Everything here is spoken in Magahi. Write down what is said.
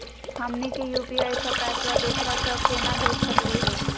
हमनी के यू.पी.आई स पैसवा दोसरा क केना भेज सकली हे?